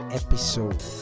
episode